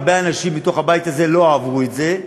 הרבה אנשים בבית הזה לא אהבו את זה,